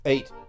Eight